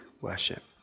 worship